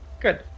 Good